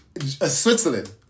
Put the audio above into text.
Switzerland